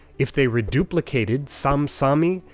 if they reduplicated sam-sami,